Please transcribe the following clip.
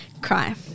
cry